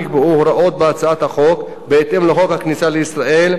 נקבעו הוראות בהצעת החוק בהתאם לחוק הכניסה לישראל,